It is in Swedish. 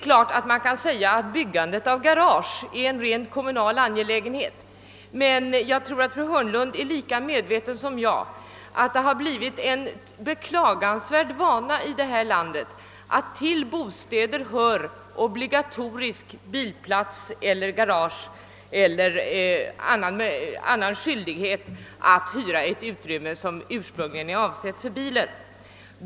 Givetvis kan man säga att byg gandet av garage är en rent kommunal angelägenhet, men jag tror att fru Hörnlund är lika medveten som jag om att det har blivit en beklaglig vana i detta land att till bostäder skall höra obligatorisk bilplats, garage eller annan skyldighet att hyra ett utrymme som är avsett för bilen.